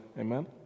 Amen